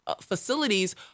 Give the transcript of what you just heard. facilities